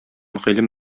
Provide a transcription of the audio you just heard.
гыйлем